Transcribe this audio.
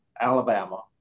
Alabama